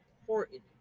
important